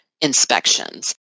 inspections